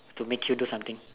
to make you do something